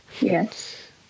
Yes